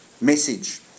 message